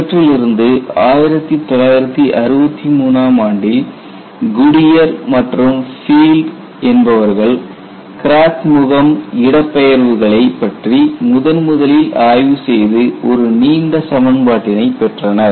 இவற்றிலிருந்து 1963 ஆம் ஆண்டில் குடியர் மற்றும் ஃபீல்ட் என்பவர்கள் கிராக் முகம் இடப்பெயர்வுகளை பற்றி முதன்முதலில் ஆய்வு செய்து ஒரு நீண்ட சமன்பாட்டினை பெற்றனர்